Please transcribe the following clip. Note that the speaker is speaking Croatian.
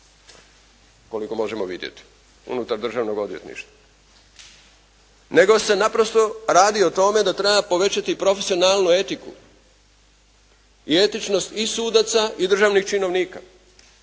koliko možemo vidjeti unutar Državnog odvjetništva. Nego se naprosto radi o tome da treba povećati profesionalnu etiku i etičnost i sudaca i državnih činovnika